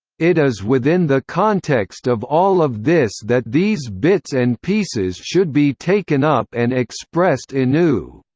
it is within the context of all of this that these bits and pieces should be taken up and expressed anew.